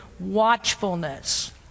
watchfulness